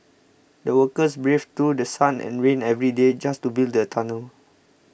the workers braved through The Sun and rain every day just to build the tunnel